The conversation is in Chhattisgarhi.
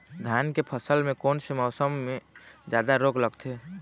धान के फसल मे कोन से मौसम मे जादा रोग लगथे?